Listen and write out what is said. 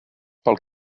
pel